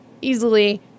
easily